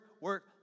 work